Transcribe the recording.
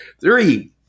Three